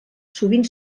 sovint